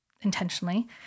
intentionally